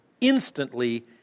instantly